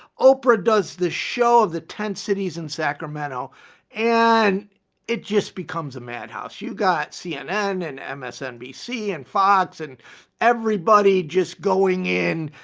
oprah does the show of the ten cities in sacramento and it just becomes a madhouse. you got cnn and msnbc and fox and everybody just going in,